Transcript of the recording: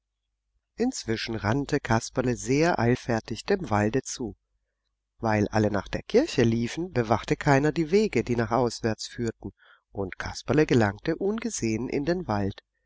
inzwischen rannte kasperle sehr eilfertig dem walde zu weil alle nach der kirche liefen bewachte keiner die wege die nach auswärts führten und kasperle gelangte ungesehen in den wald